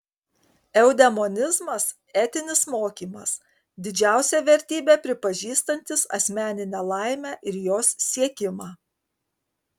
eudemonizmas etinis mokymas didžiausia vertybe pripažįstantis asmeninę laimę ir jos siekimą